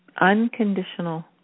Unconditional